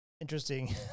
Interesting